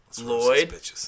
Lloyd